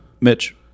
Mitch